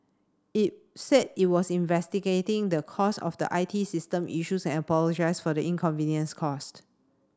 it said it was investigating the cause of the I T system issues and apologised for the inconvenience caused